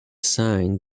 sign